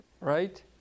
right